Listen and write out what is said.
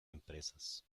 empresas